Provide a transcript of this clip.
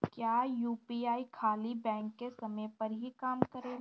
क्या यू.पी.आई खाली बैंक के समय पर ही काम करेला?